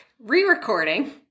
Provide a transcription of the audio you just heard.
re-recording